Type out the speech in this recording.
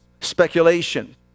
speculation